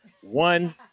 one